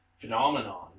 phenomenon